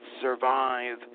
survive